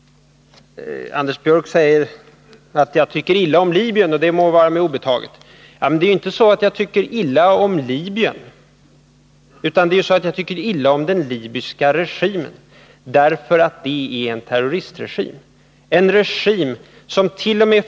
Anders Björck säger att jag tycker illa om Libyen och att det må vara mig obetaget. Det är inte så att jag tycker illa om Libyen, utan jag tycker illa om den libyska regimen därför att det är en terroristregim — en regim somt.o.m.